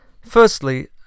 Firstly